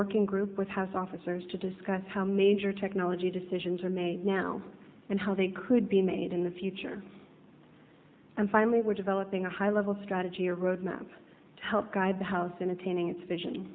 working group with house officers to discuss how major technology decisions are made now and how they could be made in the future and finally we're developing a high level strategy a roadmap to help guide the house in attaining its vision